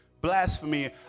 blasphemy